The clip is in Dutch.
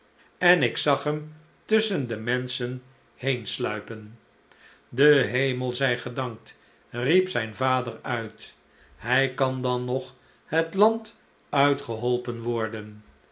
en ik zag hem tusschen de menschen heensluipen de hemel zij gedankt riep zijn vader uit hij kan dan nog het land uitgeholpen worden